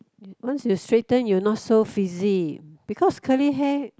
once you straighten you not so fizzy because curly hair